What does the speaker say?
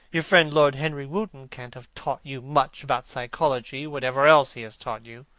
your friend lord henry wotton can't have taught you much about psychology, whatever else he has taught you.